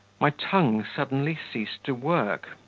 my tongue suddenly ceased to work,